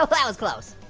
ah that was close.